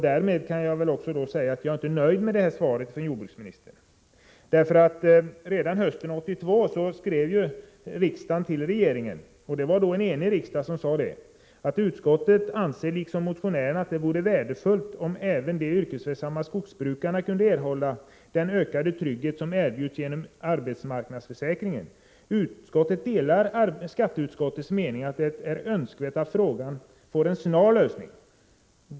Därmed kan jag säga att jag inte är nöjd med svaret från jordbruksministern, eftersom en enig riksdag redan hösten 1982 skrev till regeringen: ”Utskottet anser liksom motionärerna att det vore värdefullt om även de yrkesverksamma skogsbrukarna kunde erhålla den ökade trygghet som erbjuds genom arbetsmarknadsförsäkringarna. Utskottet delar skatteutskottets mening att det är önskvärt att frågan får en snar lösning.